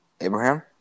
Abraham